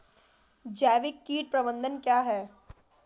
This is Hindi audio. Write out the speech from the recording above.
जैविक कीट प्रबंधन क्या है?